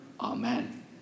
Amen